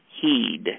heed